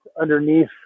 underneath